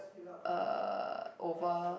uh over